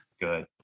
Good